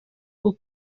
bwo